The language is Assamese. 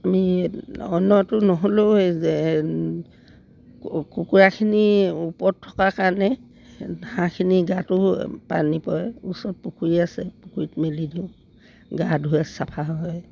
আমি অন্যতো নহ'লেও যে কুকুৰাখিনি ওপৰত থকাৰ কাৰণে হাঁহখিনিৰ গাটো পানী পৰে ওচৰত পুখুৰী আছে পুখুৰীত মেলি দিওঁ গা ধুৱে চাফা হয়